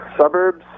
Suburbs